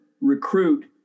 recruit